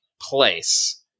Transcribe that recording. place